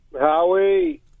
Howie